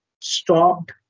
stopped